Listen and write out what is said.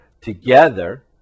Together